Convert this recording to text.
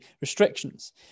restrictions